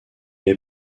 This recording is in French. est